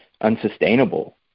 unsustainable